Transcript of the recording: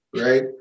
right